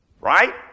right